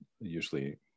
usually